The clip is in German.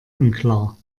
unklar